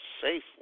safe